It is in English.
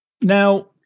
Now